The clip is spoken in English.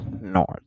north